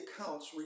accounts